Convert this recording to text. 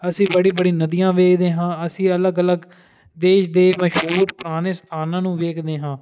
ਅਸੀਂ ਬੜੀ ਬੜੀ ਨਦੀਆਂ ਵੇਖਦੇ ਹਾਂ ਅਸੀਂ ਅਲੱਗ ਅਲੱਗ ਦੇਸ਼ ਦੇ ਮਸ਼ਹੂਰ ਪੁਰਾਣੇ ਸਥਾਨਾਂ ਨੂੰ ਵੇਖਦੇ ਹਾਂ